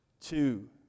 Two